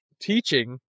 teaching